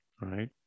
right